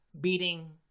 beating